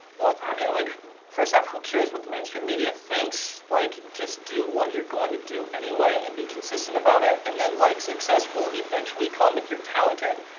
thoughts? i mean like first off, who cares what the mainstream media thinks like just do what you're going to do anyway and be consistent about it and then like success will eventually come if you're talented.